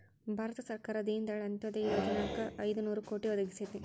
ಭಾರತ ಸರ್ಕಾರ ದೇನ ದಯಾಳ್ ಅಂತ್ಯೊದಯ ಯೊಜನಾಕ್ ಐದು ನೋರು ಕೋಟಿ ಒದಗಿಸೇತಿ